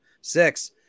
six